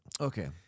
Okay